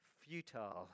futile